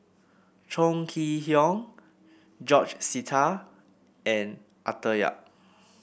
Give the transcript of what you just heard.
Chong Kee Hiong George Sita and Arthur Yap